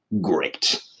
Great